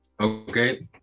okay